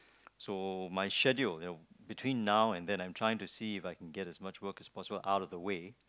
so my schedule you between now and then I'm trying to see If I can get as much most work as possible out of the way